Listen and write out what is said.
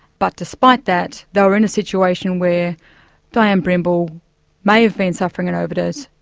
but despite that, they were in a situation where dianne brimble may have been suffering an overdose,